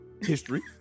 History